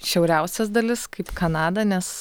šiauriausias dalis kaip kanada nes